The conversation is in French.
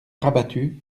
rabattu